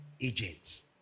agents